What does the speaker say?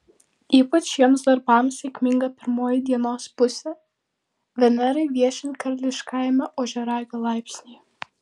ypač šiems darbams sėkminga pirmoji dienos pusė venerai viešint karališkajame ožiaragio laipsnyje